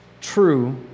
true